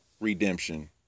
redemption